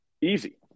Easy